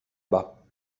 bas